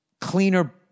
cleaner